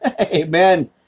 Amen